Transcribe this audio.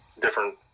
different